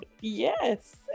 Yes